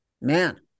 man